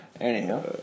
Anyhow